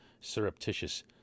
surreptitious